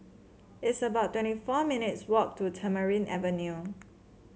it's about twenty four minutes' walk to Tamarind Avenue